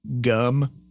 gum